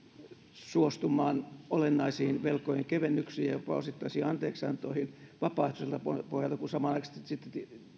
suostumaan olennaisiin velkojen kevennyksiin jopa osittaisiin anteeksiantoihin vapaaehtoiselta pohjalta kun samanaikaisesti sitten